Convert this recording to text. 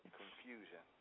confusion